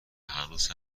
هنوز